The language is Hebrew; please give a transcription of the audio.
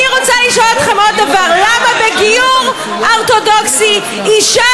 אני רוצה לשאול אתכם עוד דבר: למה בגיור אורתודוקסי אישה